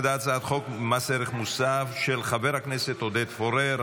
מס ערך מוסף של חברי הכנסת עודד פורר,